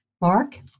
Mark